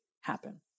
happen